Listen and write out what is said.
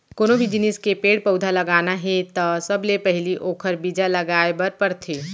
कोनो भी जिनिस के पेड़ पउधा लगाना हे त सबले पहिली ओखर बीजा लगाए बर परथे